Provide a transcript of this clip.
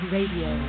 Radio